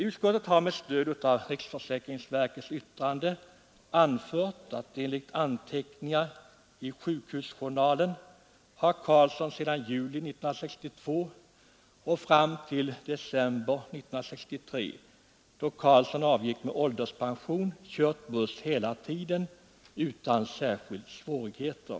Utskottet har med stöd av riksförsäkringsverkets yttrande anfört att enligt anteckningar i sjukhusjournalen har Karlsson sedan juli 1962 och fram till december 1963, då Karlsson avgick med ålderspension, kört buss hela tiden utan särskilda svårigheter.